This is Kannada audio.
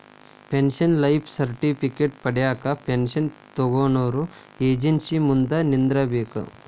ಪೆನ್ಷನ್ ಲೈಫ್ ಸರ್ಟಿಫಿಕೇಟ್ ಪಡ್ಯಾಕ ಪೆನ್ಷನ್ ತೊಗೊನೊರ ಏಜೆನ್ಸಿ ಮುಂದ ನಿಂದ್ರಬೇಕ್